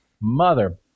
Mother